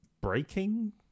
breaking